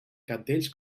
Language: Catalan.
cabdells